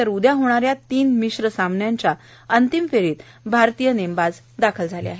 तर उक्वा होणाऱ्या तीन मिश्र सामन्यांच्या अंतिम फेरीत भारतीय नेमबाज दाखल झाले आहेत